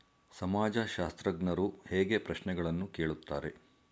ಸಮಾಜಶಾಸ್ತ್ರಜ್ಞರು ಹೇಗೆ ಪ್ರಶ್ನೆಗಳನ್ನು ಕೇಳುತ್ತಾರೆ?